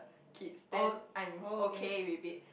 kids then I'm okay with it